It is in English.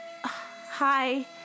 Hi